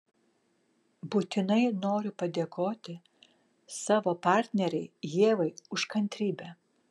būtinai noriu padėkoti savo partnerei ievai už kantrybę